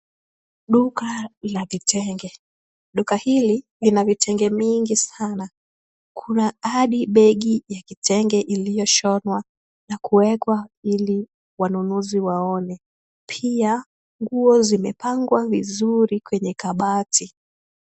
Duka la vitenge. Duka hili lina vitenge mingi sana. Kuna hadi bag ya kitenge iliyoshonwa na kuwekwa, ili wanunuzi waone. Pia, nguo zimepangwa vizuri kwenye kabati.